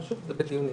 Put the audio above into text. אבל שוב זה בדיונים.